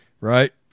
Right